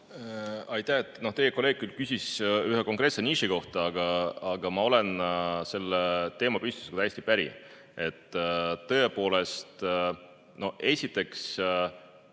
Aitäh! Teie kolleeg küsis ühe konkreetse niši kohta, aga ma olen selle teemapüstitusega täiesti päri. Tõepoolest, esiteks